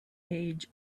age